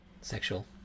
Sexual